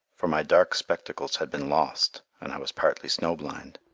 for my dark spectacles had been lost, and i was partly snowblind.